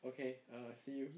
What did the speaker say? okay see you